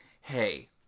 hey